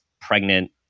pregnant